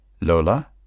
Lola